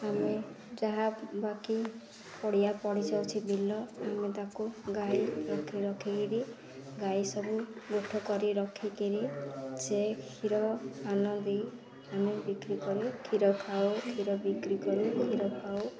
ଆମେ ଯାହା ବାକି ପଡ଼ିଆ ପଡ଼ିଯାଉଛି ବିଲ ଆମେ ତାକୁ ଗାଈ ରଖି ରଖିକରି ଗାଈ ସବୁ ଗୋଠ କରି ରଖିକରି ସେ କ୍ଷୀର ପାନ ଦେଇ ଆମେ ବିକ୍ରି କରି କ୍ଷୀର ଖାଉ କ୍ଷୀର ବିକ୍ରି କରି କ୍ଷୀର ଖାଉ